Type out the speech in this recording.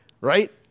Right